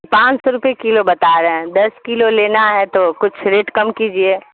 پانچ سو روپیے کلو بتا رہے ہیں دس کلو لینا ہے تو کچھ ریٹ کم کیجیے